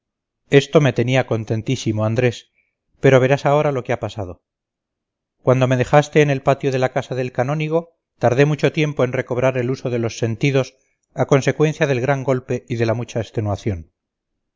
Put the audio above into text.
esto me tenía contentísimo andrés pero verás ahora lo que ha pasado cuando me dejaste en el patio de la casa del canónigo tardé mucho tiempo en recobrar el uso de los sentidos a consecuencia del gran golpe y de la mucha